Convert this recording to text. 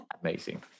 Amazing